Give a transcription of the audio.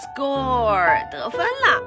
Score,得分了